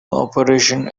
operation